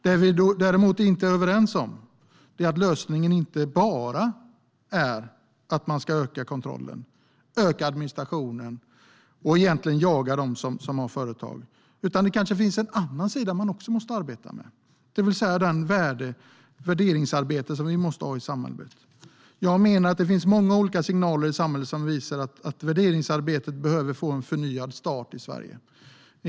Det vi däremot inte är överens om är att lösningen inte bara är att man ska öka kontrollen och öka administrationen - och egentligen jaga dem som har företag - utan det kanske finns en annan sida som man också måste arbeta med, det vill säga det värderingsarbete som vi måste ha i samhället. Jag menar att det finns många olika signaler i samhället som visar att värderingsarbetet behöver få en förnyad start i Sverige.